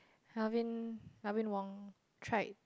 Alvin Alvin Wong tried